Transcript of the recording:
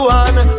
one